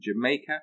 Jamaica